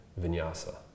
vinyasa